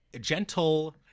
gentle